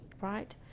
right